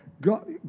God